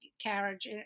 carriage